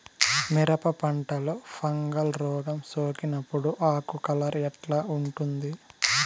మిరప పంటలో ఫంగల్ రోగం సోకినప్పుడు ఆకు కలర్ ఎట్లా ఉంటుంది?